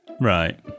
right